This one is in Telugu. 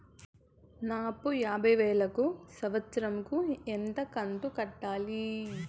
నా అప్పు యాభై వేలు కు సంవత్సరం కు ఎంత కంతు కట్టాలి?